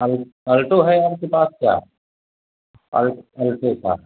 अल Alto है आपके पास क्या अल अल्टो कार